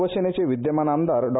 शिवसेनेचे विद्यमान आमदार डॉ